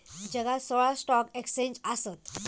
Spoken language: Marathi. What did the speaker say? जगात सोळा स्टॉक एक्स्चेंज आसत